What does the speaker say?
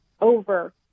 over